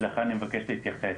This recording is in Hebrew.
לכן אני מבקש להתייחס.